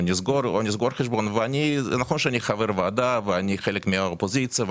נכון שאני חבר ועדה וחלק מהאופוזיציה,